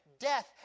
death